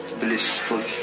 blissful